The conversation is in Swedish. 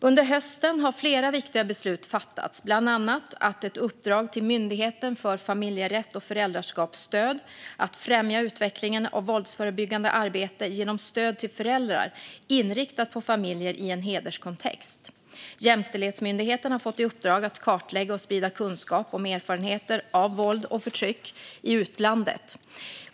Under hösten har flera viktiga beslut fattats, bland annat ett uppdrag till Myndigheten för familjerätt och föräldraskapsstöd att främja utvecklingen av våldsförebyggande arbete genom stöd till föräldrar inriktat på familjer i en hederskontext. Jämställdhetsmyndigheten har fått i uppdrag att kartlägga och sprida kunskap om erfarenheter av våld och förtryck i utlandet.